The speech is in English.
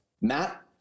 Matt